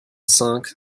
cinq